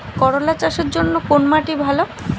করলা চাষের জন্য কোন মাটি ভালো?